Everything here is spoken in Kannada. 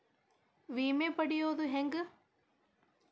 ವಿಮೆ ಪಡಿಯೋದ ಹೆಂಗ್?